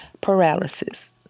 paralysis